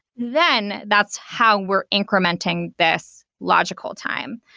then that's how we're incrementing this logical time.